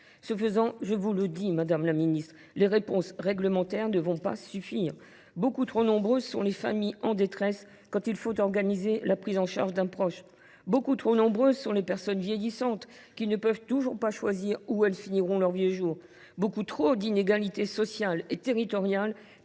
âgés. Je vous le dis, madame la ministre, les réponses réglementaires ne vont pas suffire ! Beaucoup trop nombreuses sont les familles en détresse quand il faut organiser la prise en charge d’un proche. Beaucoup trop nombreuses sont les personnes vieillissantes qui ne peuvent toujours pas choisir où elles finiront leurs vieux jours. Beaucoup trop d’inégalités sociales et territoriales